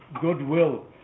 goodwill